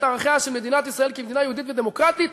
ערכיה של מדינת ישראל כמדינה יהודית ודמוקרטית.